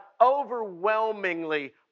overwhelmingly